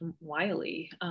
Wiley